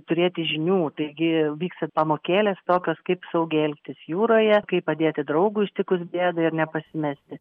turėti žinių taigi vyksta pamokėlės tokios kaip saugiai elgtis jūroje kaip padėti draugui ištikus bėdai ir nepasimesti